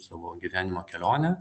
savo gyvenimo kelionę